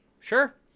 Sure